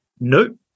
Nope